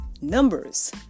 Numbers